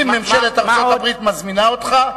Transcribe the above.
אם ממשלת ארצות-הברית מזמינה אותך,